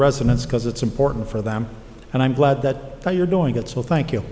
residents because it's important for them and i'm glad that you're doing it so thank you